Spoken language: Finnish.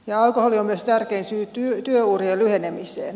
alkoholi on myös tärkein syy työurien lyhenemiseen